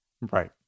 Right